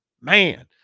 man